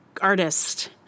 artist